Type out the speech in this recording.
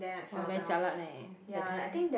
!wah! very jialat leh that time